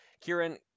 Kieran